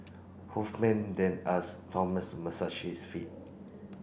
Hoffman then asked Thomas to massage his feet